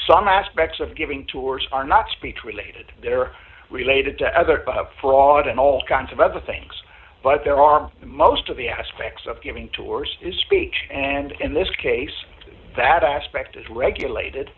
some aspects of giving tours are not speech related that are related to other fraud and all kinds of other things but there are most of the aspects of giving tours is speech and in this case that aspect is regulated